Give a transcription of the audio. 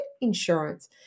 insurance